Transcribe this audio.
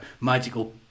magical